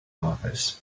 office